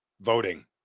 voting